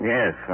Yes